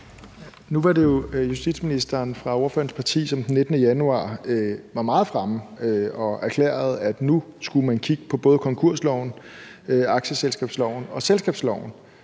Nu var det jo justitsministeren, der er fra ordførerens parti, som den 19. januar var meget fremme, og som erklærede, at nu skulle man kigge på både konkursloven, aktieselskabsloven og selskabsloven.